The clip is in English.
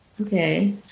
Okay